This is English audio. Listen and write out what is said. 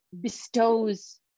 bestows